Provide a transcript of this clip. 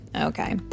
Okay